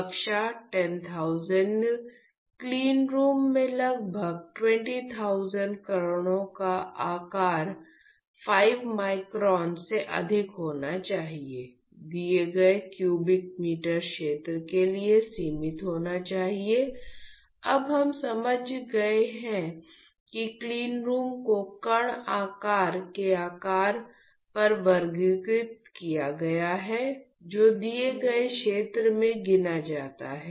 कक्षा दस हजार क्लीनरूम में लगभग 20000 कणों का आकार 5 माइक्रोन से अधिक होना चाहिए दिए गए क्यूबिक मीटर क्षेत्र के लिए सीमित होना चाहिए अब हम समझ गए हैं कि क्लीनरूम को कण आकार के आधार पर वर्गीकृत किया गया है जो दिए गए क्षेत्र में गिना जाता है